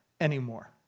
anymore